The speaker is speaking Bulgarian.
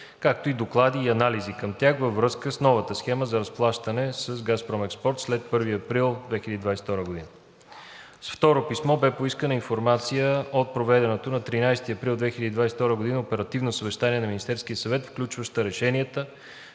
както и доклади и анализи към тях във връзка с новата схема за разплащане с ООО „Газпром Експорт“ след 1 април 2022 г. С второ писмо бе поискана и информация от проведеното на 13 април 2022 г. оперативно съвещание на